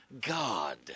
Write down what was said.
God